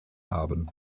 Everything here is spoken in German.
haben